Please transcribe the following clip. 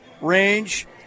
range